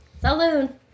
Saloon